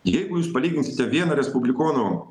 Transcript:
jeigu jūs palyginsite vieną respublikonų